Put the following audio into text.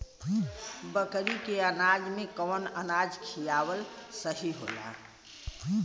बकरी के अनाज में कवन अनाज खियावल सही होला?